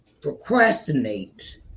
procrastinate